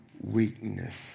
weakness